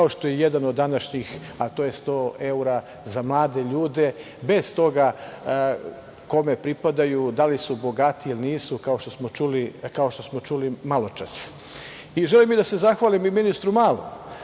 kao što je i jedan od današnjih, a to je 100 evra za mlade ljude, bez toga kome pripadaju, da li su bogati ili nisu, kao što smo čuli maločas. Želim da se zahvalim i ministru Malom